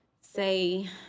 say